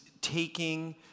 taking